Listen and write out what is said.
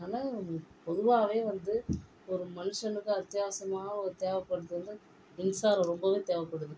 அதனால் பொதுவாகவே வந்து ஒரு மனுஷனுக்கு அத்தியாவசியமாக ஒரு தேவைப்படுவது வந்து மின்சாரம் ரொம்பவே தேவைப்படுது